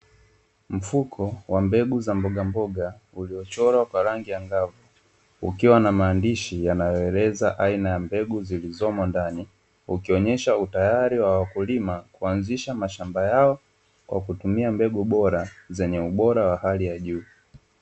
mfuko wa mbegu za mbogamboga uliochorwa kwa rangi ya mbao ukiwa na maandishi ya mbegu, zilizondani ukionyesha utayari wa wawakulima kuanzisha mashamba yao kwa kutumia mbegu bora zenye ubora wa hali ya juu.